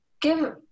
give